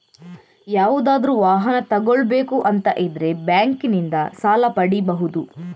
ಯಾವುದಾದ್ರೂ ವಾಹನ ತಗೊಳ್ಬೇಕು ಅಂತ ಇದ್ರೆ ಬ್ಯಾಂಕಿನಿಂದ ಸಾಲ ಪಡೀಬಹುದು